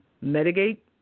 mitigate